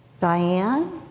Diane